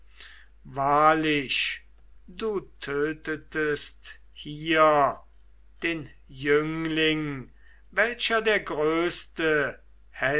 wahrlich du tötetest hier den jüngling welcher der größte